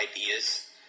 ideas